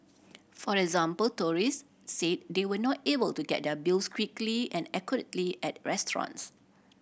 for example tourist said they were not able to get their bills quickly and accurately at restaurants